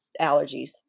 allergies